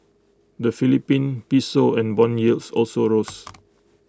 the Philippine Piso and Bond yields also rose